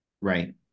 right